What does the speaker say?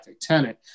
tenant